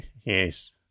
Yes